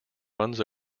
runs